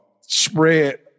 Spread